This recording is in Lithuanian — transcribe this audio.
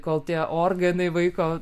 kol tie organai vaiko